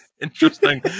interesting